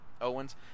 Owens